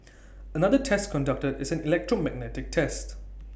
another test conducted is an electromagnetic test